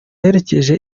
aherekeje